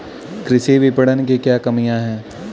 कृषि विपणन की क्या कमियाँ हैं?